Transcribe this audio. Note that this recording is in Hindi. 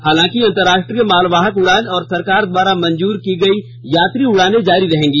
हालांकि अंतरराष्ट्रीय माल वाहक उड़ान और सरकार द्वारा मंजूर की गई यात्री उड़ाने जारी रहेंगी